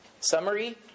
Summary